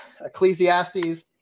Ecclesiastes